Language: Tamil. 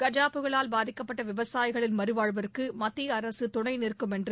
கஜா புயலால் பாதிக்கப்பட்ட விவசாயிகளின் மறுவாழ்வுக்கு மத்திய அரசு துணை நிற்கும் என்று